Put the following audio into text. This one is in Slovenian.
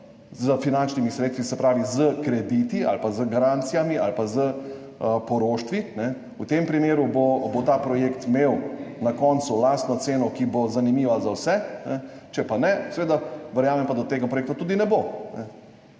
s finančnimi sredstvi, se pravi s krediti ali pa z garancijami ali pa s poroštvi, v tem primeru bo ta projekt imel na koncu lastno ceno, ki bo zanimiva za vse, če ne, pa verjamem, da tega projekta tudi ne bo.